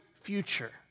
future